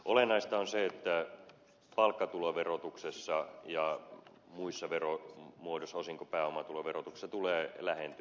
olennaista on se että palkkatuloverotuksessa ja muissa veromuodoissa osinko pääomatuloverotuksessa tulee lähentymistä